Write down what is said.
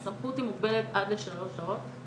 הסמכות היא מוגבלת עד לשלוש שעות.